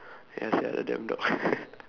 ya sia the damn dog